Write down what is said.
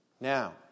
Now